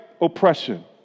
oppression